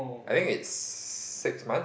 I think it's six months